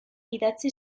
idatzi